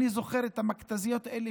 אני זוכר את המכת"זיות אלה.